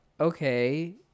okay